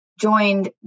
joined